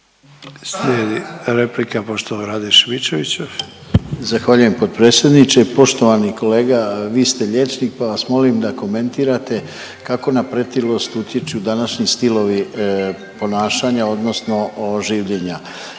Slijedi replika poštovanog Rade Šimičevića. **Šimičević, Rade (HDZ)** Zahvaljujem potpredsjedniče. Poštovani kolega, vi ste liječnik, pa vas molim da komentirate kako na pretilost utječu današnji stilovi ponašanja odnosno življenja.